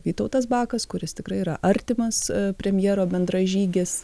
vytautas bakas kuris tikrai yra artimas premjero bendražygis